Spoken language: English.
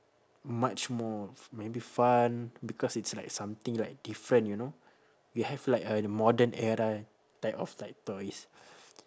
much more maybe fun because it's like something like different you know we have like a modern era like of like toys